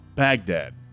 Baghdad